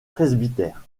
presbytère